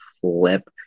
flip